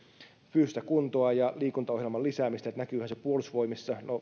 fyysistä kuntoa ja liikuntaohjelman lisäämistä ja kysyi näkyyhän se puolustusvoimissa